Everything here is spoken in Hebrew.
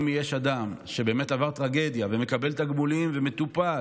אם יש אדם שבאמת עבר טרגדיה ומקבל תגמולים ומטופל